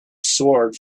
sword